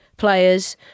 players